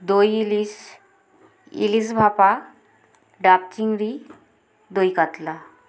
দই ইলিশ ইলিশ ভাপা ডাক চিংড়ি দই কাতলা